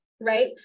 right